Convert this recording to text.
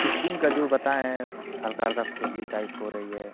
skin का जो बताए हैं हल्का हल्का खुजली टाइप हो रही है